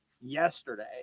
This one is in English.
yesterday